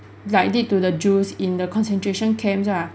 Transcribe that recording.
like did to the jews in the concentration camp lah